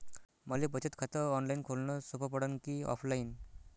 मले बचत खात ऑनलाईन खोलन सोपं पडन की ऑफलाईन?